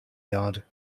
yard